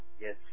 Yes